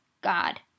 God